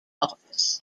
office